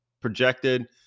projected